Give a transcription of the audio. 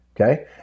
okay